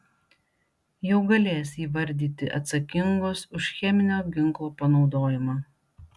jau galės įvardyti atsakingus už cheminio ginklo panaudojimą